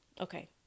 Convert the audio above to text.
Okay